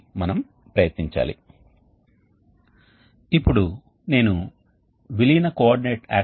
ఇప్పుడు చల్లని ప్రవాహం దాని గుండా వెళుతున్నప్పుడు మొదటి బెడ్ ఇప్పటికే చాలా వేడిగా ఉంది